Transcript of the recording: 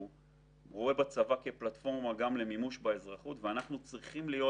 הוא רואה בצבא פלטפורמה למימוש באזרחות ואנחנו צריכים להיות